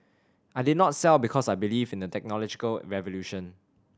I did not sell because I believe in the technological revolution